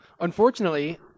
Unfortunately